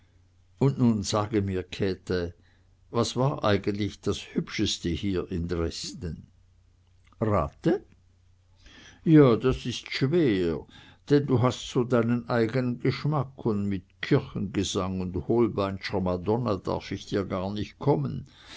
und nun sage mir käthe was war eigentlich das hübscheste hier in dresden rate ja das ist schwer denn du hast so deinen eignen geschmack und mit kirchengesang und holbeinscher madonna darf ich dir gar nicht kommen